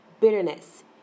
bitterness